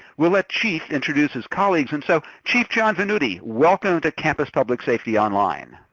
we'll let chief introduce his colleagues, and so chief john venuti, welcome to campus public safety online.